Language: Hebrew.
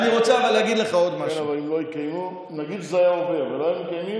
אתה יודע נגיד שזה היה עובר ולא היו מקיימים,